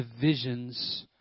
divisions